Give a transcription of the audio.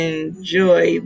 Enjoy